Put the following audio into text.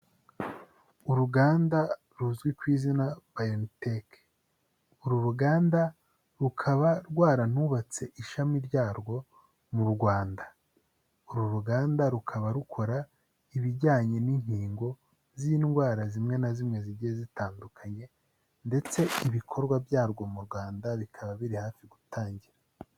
Uruganda ruzwi ku izina bayoniteke. Uru ruganda rukaba rwaranubatse ishami ryarwo mu Rwanda. uru ruganda rukaba rukora ibijyanye n'inkingo z'indwara zimwe na zimwe zigiye zitandukanye ndetse ibikorwa byarwo mu Rwanda bikaba biri hafi gutangira.